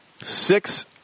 six